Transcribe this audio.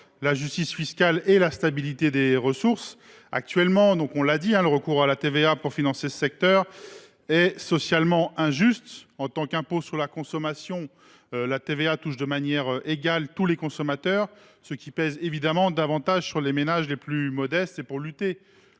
la justice fiscale et la stabilité des ressources des organismes bénéficiaires. Le recours à la TVA actuellement en vigueur pour financer ce secteur est socialement injuste : en tant qu’impôt sur la consommation, la TVA touche de manière égale tous les consommateurs, ce qui pèse évidemment davantage sur les ménages les plus modestes. C’est pour lutter